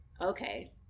okay